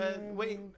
Wait